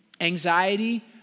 Anxiety